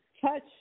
touch